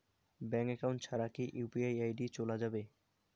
Bank account ছাড়া কি UPI ID চোলা যাবে?